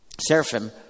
seraphim